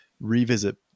revisit